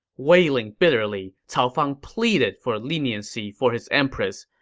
wailing bitterly, cao fang pleaded for leniency for his empress,